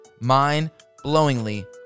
mind-blowingly